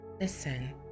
Listen